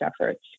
efforts